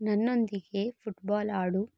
ನನ್ನೊಂದಿಗೆ ಫುಟ್ಬಾಲ್ ಆಡು